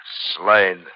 Slade